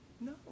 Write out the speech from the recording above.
No